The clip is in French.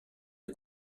est